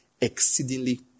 exceedingly